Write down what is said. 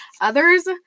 others